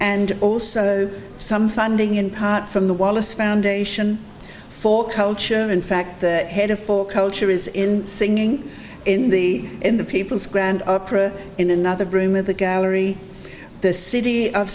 and also some funding in part from the wallace foundation for culture in fact that had a full culture is in singing in the in the people's grand opera in another room of the gallery the city of